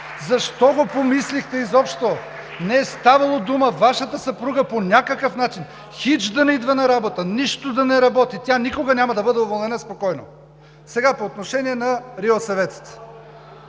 Защо го помислихте изобщо?! Не е ставало дума. Вашата съпруга по никакъв начин – хич да не идва на работа, нищо да не работи, тя никога няма да бъде уволнена. Спокойно! По отношение сега на РИОСВ-етата.